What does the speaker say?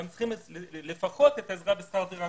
הם צריכים לפחות עזרה בשכר דירה.